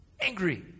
angry